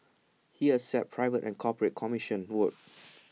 he accepts private and corporate commissioned work